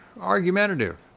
argumentative